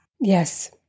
Yes